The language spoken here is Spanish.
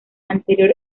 anterior